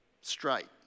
Straight